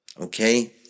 Okay